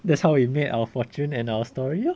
that's how we made our fortune and our story